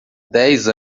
dez